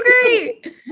great